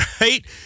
right